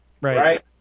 right